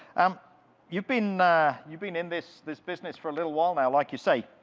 um you've been you've been in this this business for little while now, like you say.